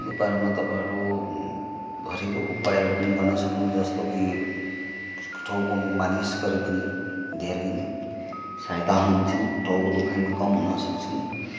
उपायहरूमा तपाईँहरू घरेलु उपायहरू पनि गर्न सक्नुहुन्छ जस्तो कि टाउकोमा मालिस गरे पनि धेरै नै सहायता हुन्छन् टाउको दुखाइमा कम हुनसक्छन्